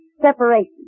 separation